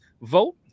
vote